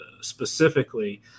specifically